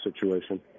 situation